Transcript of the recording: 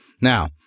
Now